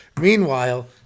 Meanwhile